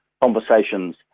conversations